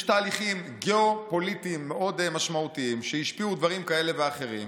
יש תהליכים גיאופוליטיים משמעותיים מאוד שהשפיעו על דברים כאלה ואחרים.